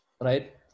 right